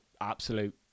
absolute